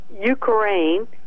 Ukraine